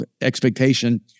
expectation